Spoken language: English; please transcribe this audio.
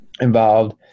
involved